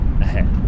ahead